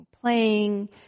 playing